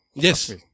Yes